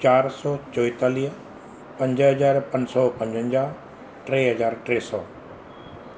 चारि सौ चोएतालीह पंज हज़ार पंज सौ पंजवंजाहु टे हज़ार टे सौ